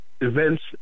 events